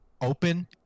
open